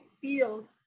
feel